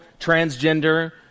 transgender